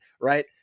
right